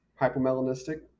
hypomelanistic